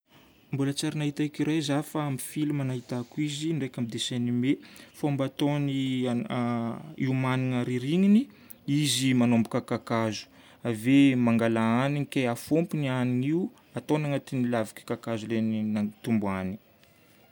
Mbola tsy ary nahita écureil za fa amin'ny film nahitako izy ndraiky amin'ny dessin animé. Fomba ataony hiomagnana ririniny: izy manomboka kakazo. Ave mangala hanigny ke afômpony hanigny io, ataony agnatin'ny lavaka kakazo lay nitombohany.